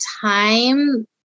time